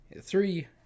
three